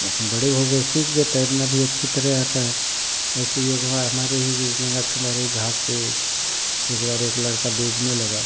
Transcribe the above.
अपन बड़े हो गए सीख गए तैरना भी अच्छी तरह आता है ऐसे ही एक बार हमारे गंगा के किनारे घाट पर एक बार एक लड़का डूबने लगा